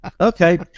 okay